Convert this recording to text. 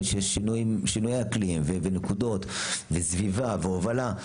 שיש שינויי אקלים ונקודות וסביבה והובלה.